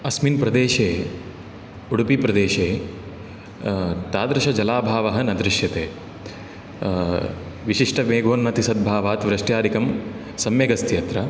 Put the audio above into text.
अस्मिन् प्रदेशे उडुपिप्रदेशे तादृशजलाभावः न दृशते विशिष्टमोघोन्नति सद्भावात् वृष्ट्यादिकं सम्यगस्ति अत्र